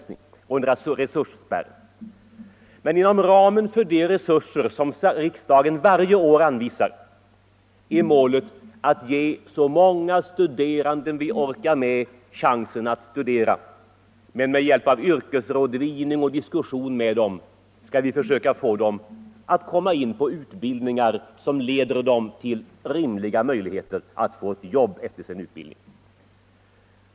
Nej, målet är att inom ramen för de resurser som riksdagen varje år anvisar ge så många studerande som vi orkar med chansen att studera. Men med hjälp av yrkesrådgivning och diskussioner skall vi försöka få in de studerande på utbildningar som ger dem rimliga möjligheter att få ett jobb efter sin utbildning.